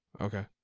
Okay